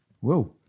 Whoa